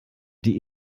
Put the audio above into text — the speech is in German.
die